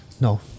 no